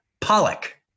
pollock